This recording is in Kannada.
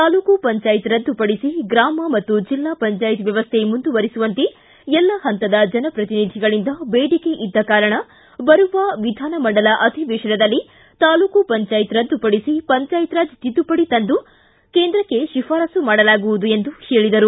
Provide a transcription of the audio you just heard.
ತಾಲೂಕು ಪಂಚಾಯತ್ ರದ್ದುಪಡಿಸಿ ಗ್ರಾಮ ಮತ್ತು ಬೆಲ್ಲಾ ಪಂಚಾಯತ್ ವ್ಯವಸ್ಥೆ ಮುಂದುವರಿಸುವಂತೆ ಎಲ್ಲ ಹಂತದ ಜನಪ್ರತಿನಿಧಿಗಳಿಂದ ಬೇಡಿಕೆ ಇದ್ದ ಕಾರಣ ಬರುವ ವಿಧಾನಮಂಡಲ ಅಧಿವೇಶನದಲ್ಲಿ ತಾಲೂಕು ಪಂಚಾಯತ್ ರದ್ದುಪಡಿಸಿ ಪಂಚಾಯತ್ ರಾಜ್ ತಿದ್ದುಪಡಿ ತಂದು ಕೇಂದ್ರಕ್ಕೆ ಶಿಫಾರಸ್ಸು ಮಾಡಲಾಗುವುದು ಎಂದು ಹೇಳಿದರು